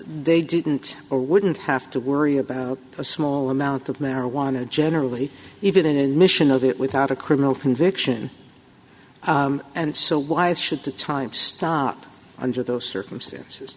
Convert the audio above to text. they didn't or wouldn't have to worry about a small amount of marijuana generally even an admission of it without a criminal conviction and so why should the time stop under those circumstances